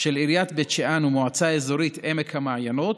של עיריית בית שאן ומועצה אזורית עמק המעיינות,